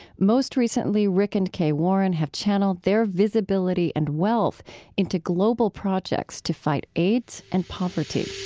most recently, rick and kay warren have channeled their visibility and wealth into global projects to fight aids and poverty